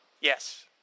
Yes